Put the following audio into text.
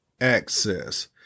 Access